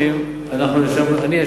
הם מעדיפים לא לבטח בכלל.